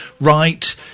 right